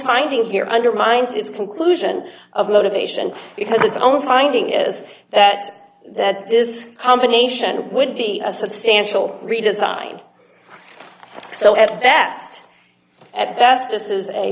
finding here undermines its conclusion of motivation because its own finding is that that does combination would be a substantial redesign so at that at best this is a